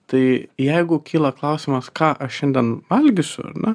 tai jeigu kyla klausimas ką aš šiandien valgysiu na